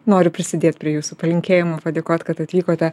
noriu prisidėt prie jūsų palinkėjimų padėkot kad atvykote